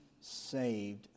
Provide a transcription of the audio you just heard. saved